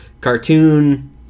cartoon